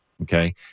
Okay